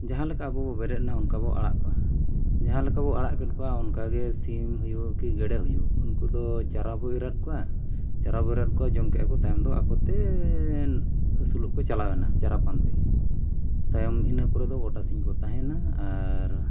ᱡᱟᱦᱟᱸᱞᱮᱠᱟ ᱟᱵᱚ ᱵᱚ ᱵᱮᱨᱮᱫᱱᱟ ᱚᱱᱠᱟ ᱵᱚ ᱟᱲᱟᱜ ᱠᱚᱣᱟ ᱡᱟᱦᱟᱸᱞᱮᱠᱟ ᱵᱚᱱ ᱟᱲᱟᱜ ᱠᱮᱫ ᱠᱚᱣᱟ ᱚᱱᱠᱟᱜᱮ ᱥᱤᱢ ᱦᱩᱭᱩᱜ ᱠᱤ ᱜᱮᱹᱰᱮᱹ ᱦᱩᱭᱩᱜ ᱩᱱᱠᱩ ᱫᱚ ᱪᱟᱨᱟ ᱵᱚ ᱮᱨᱟᱫ ᱠᱚᱣᱟ ᱪᱟᱨᱟ ᱵᱚ ᱮᱨᱟᱫ ᱠᱚᱣᱟ ᱡᱚᱢ ᱠᱮᱫᱟᱠᱚ ᱛᱟᱭᱚᱢ ᱫᱚ ᱟᱠᱚᱛᱮ ᱟᱹᱥᱩᱞᱚᱜ ᱠᱚ ᱪᱟᱞᱟᱣᱮᱱᱟ ᱪᱟᱨᱟ ᱯᱟᱱᱛᱮ ᱛᱟᱭᱚᱱ ᱤᱱᱟᱹ ᱯᱚᱨᱮ ᱫᱚ ᱜᱚᱴᱟ ᱥᱤᱧ ᱠᱚ ᱛᱟᱦᱮᱱᱟ ᱟᱨ